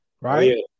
right